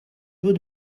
would